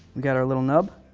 we got our little nub,